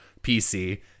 pc